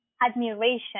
admiration